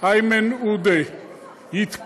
איימן עודה יתכחש,